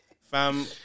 Fam